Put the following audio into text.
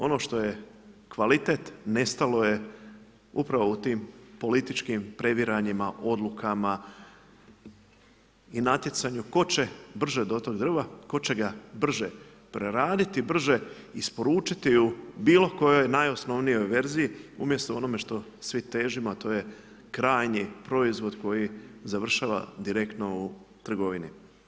Ono što je kvalitet nestalo je upravo u tim političkim previranjima, odlukama i natjecanju tko će brže do tog drva, tko će ga brže preraditi, brže isporučiti i u bilo kojoj najosnovnijoj verziji, umjesto u onome što svi težimo, a to je krajnji proizvod koji završava direktno u trgovini.